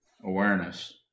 awareness